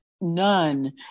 none